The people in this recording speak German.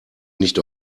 nicht